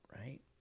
right